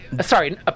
Sorry